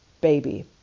baby